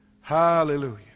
Hallelujah